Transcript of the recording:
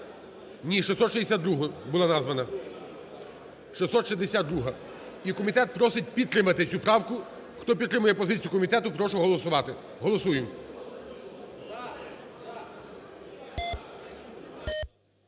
Ні, 662-а була названа. 662-а. І комітет просить підтримати цю правку. Хто підтримує позицію комітету, прошу голосувати. Голосуємо.